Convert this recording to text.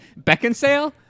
Beckinsale